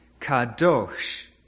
Kadosh